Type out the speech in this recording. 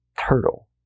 turtle